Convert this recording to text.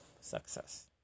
success